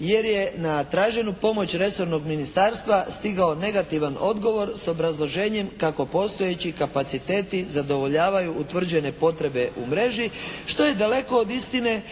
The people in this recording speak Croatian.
jer je na traženu pomoć resornog ministarstva stigao negativan odgovor s obrazloženjem kako postojeći kapaciteti zadovoljavaju utvrđene potrebe u mreži što je daleko od istine,